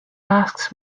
masks